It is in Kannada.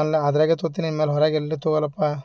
ಎಲ್ಲ ಅದರಾಗೆ ತೋತಿನಿ ಇನ್ಮೇಲೆ ಹೊರಗೆಲ್ಲೂ ತಗೊಲಪ್ಪ